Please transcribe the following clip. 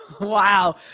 Wow